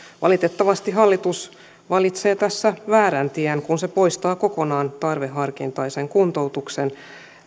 valitettavasti hallitus valitsee myös tässä väärän tien kun se poistaa kokonaan tarveharkintaisen kuntoutuksen